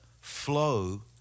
flow